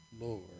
Lord